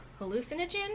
hallucinogen